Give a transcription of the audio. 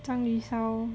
汤鱼烧